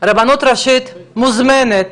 הרבנות הראשית מוזמנת,